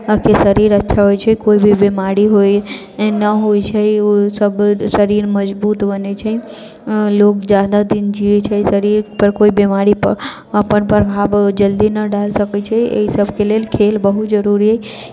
के शरीर अच्छा होइत छै केओ भी बीमारी होइत नहि होइत छै ओसब शरीर मजबूत बनैत छै लोग जादा दिन जीयैत छै शरीरके कोइ बीमारी अपन प्रभाव जल्दी नहि डाल सकैत छै एहि सबके लेल खेल बहुत जरूरी